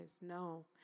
no